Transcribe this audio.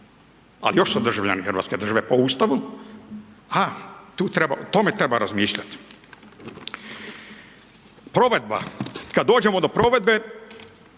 ali još su državljani hrvatske države po Ustavu, ha, o tome treba razmišljat. Provedba, kad dođemo do provedbe,